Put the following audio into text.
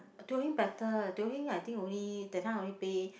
Teo-Heng better Teo-Heng I think only that time only pay